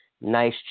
nice